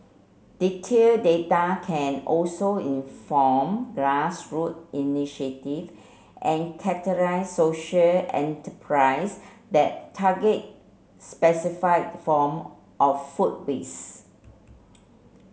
detailed data can also inform grass root initiative and catalyse social enterprises that target specify form of food waste